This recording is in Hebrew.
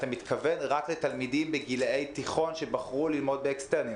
אתה מתכוון רק לתלמידים בגילאי תיכון שבחרו ללמוד אקסטרני,